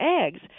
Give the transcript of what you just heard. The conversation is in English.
eggs